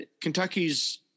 Kentucky's